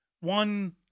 One